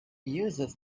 uses